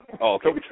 Okay